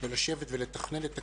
בלשבת ולתכנן את הקיים,